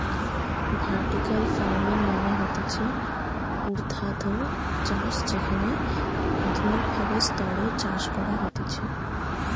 vertical farming মানে হতিছে ঊর্ধ্বাধ চাষ যেখানে আধুনিক ভাবে স্তরে চাষ করা হতিছে